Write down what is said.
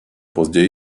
později